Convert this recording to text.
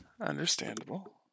Understandable